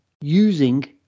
using